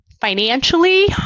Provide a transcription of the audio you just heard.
financially